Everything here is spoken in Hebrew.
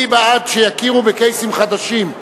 אני בעד שיכירו בקייסים חדשים.